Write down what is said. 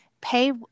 pay